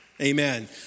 Amen